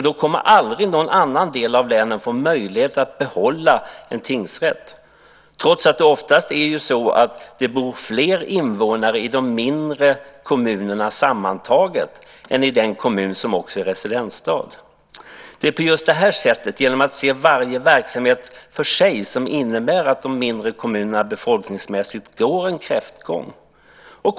Då kommer aldrig någon annan del av länet att få möjlighet att behålla en tingsrätt, trots att det oftast bor fler invånare i de mindre kommunerna sammantaget än i den kommun som också är residensstad. Det är just genom att se på varje verksamhet för sig som man kan se att de mindre kommunerna befolkningsmässigt får en kräftgång.